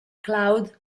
cloud